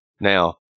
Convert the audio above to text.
Now